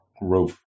roof